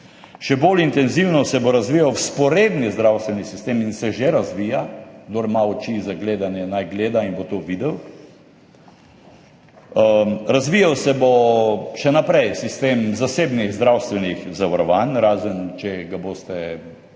še bolj intenzivno se bo razvijal vzporedni zdravstveni sistem in se že razvija, kdor ima oči za gledanje, naj gleda in bo to videl. Razvijal se bo še naprej sistem zasebnih zdravstvenih zavarovanj, razen če ga boste, ne bi